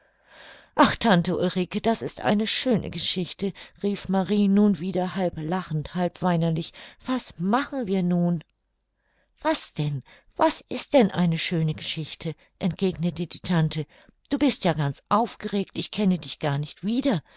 ach tante ulrike das ist eine schöne geschichte rief marie nun wieder halb lachend halb weinerlich was machen wir nun was denn was ist denn eine schöne geschichte entgegnete die tante du bist ja ganz aufgeregt ich kenne dich gar nicht wieder